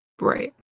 Right